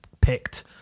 picked